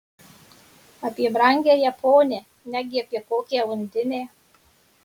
apie brangiąją ponią negi apie kokią undinę